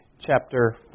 chapter